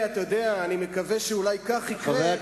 אני מקווה שאולי כך יקרה,